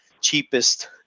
cheapest